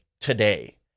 today